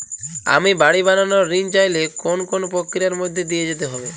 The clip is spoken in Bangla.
আমি বাড়ি বানানোর ঋণ চাইলে কোন কোন প্রক্রিয়ার মধ্যে দিয়ে যেতে হবে?